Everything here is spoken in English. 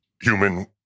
human